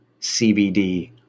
cbd